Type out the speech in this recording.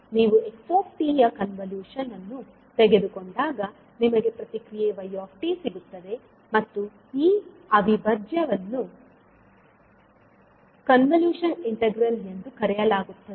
ನೀವು 𝑥𝑡 ಯ ಕನ್ವಲೂಶನ್ ಅನ್ನು ತೆಗೆದುಕೊಂಡಾಗ ನಿಮಗೆ ಪ್ರತಿಕ್ರಿಯೆ 𝑦𝑡 ಸಿಗುತ್ತದೆ ಮತ್ತು ಈ ಅವಿಭಾಜ್ಯವನ್ನು ಕನ್ವಲ್ಯೂಷನ್ ಇಂಟಿಗ್ರಲ್ ಎಂದು ಕರೆಯಲಾಗುತ್ತದೆ